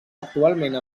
actualment